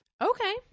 Okay